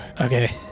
Okay